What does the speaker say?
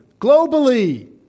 globally